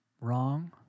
wrong